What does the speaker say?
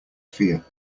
fear